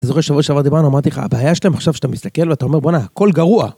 זוכר שבוע שעבר דיברנו, אמרתי לך, הבעיה שלהם עכשיו שאתה מסתכל ואתה אומר, בוא'נה, הכל גרוע.